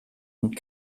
und